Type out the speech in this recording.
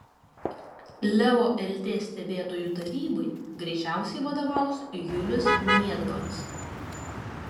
leo lt stebėtojų tarybai greičiausiai vadovaus julius niedvaras